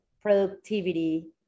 productivity